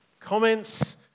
comments